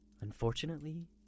Unfortunately